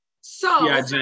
So-